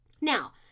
Now